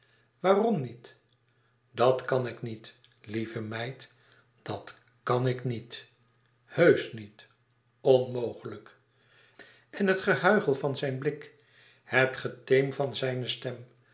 waarom niet dat kan ik niet lieve meid dat kàn ik niet heusch niet onmogelijk en het gehuichel van zijn blik het geteem van zijne stem